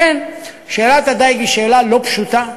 לכן שאלת הדיג היא שאלה לא פשוטה.